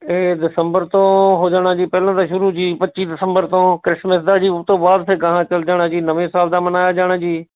ਇਹ ਦਸੰਬਰ ਤੋਂ ਹੋ ਜਾਣਾ ਜੀ ਪਹਿਲਾਂ ਤਾਂ ਸ਼ੁਰੂ ਜੀ ਪੱਚੀ ਦਸੰਬਰ ਤੋਂ ਕ੍ਰਿਸਮਿਸ ਦਾ ਜੀ ਉਹ ਤੋਂ ਬਾਅਦ ਫਿਰ ਗਾਹਾ ਚਲੇ ਜਾਣਾ ਜੀ ਨਵੇਂ ਸਾਲ ਦਾ ਮਨਾਇਆ ਜਾਣਾ ਜੀ